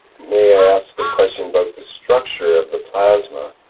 may i ask a question about the structure of the plasma?